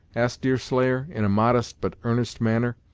asked deerslayer, in a modest but earnest manner.